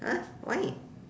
!huh! why